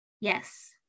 Yes